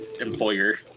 employer